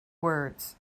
words